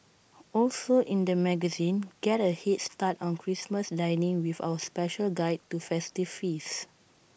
also in the magazine get A Head start on Christmas dining with our special guide to festive feasts